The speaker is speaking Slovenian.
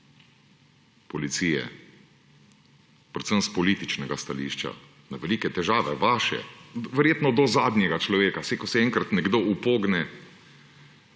policije, predvsem s političnega stališča. Na vaše velike težave, verjetno do zadnjega človeka. Saj ko se enkrat nekdo upogne,